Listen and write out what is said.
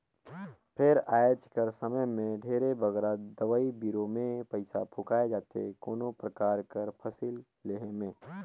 फेर आएज कर समे में ढेरे बगरा दवई बीरो में पइसा फूंकाए जाथे कोनो परकार कर फसिल लेहे में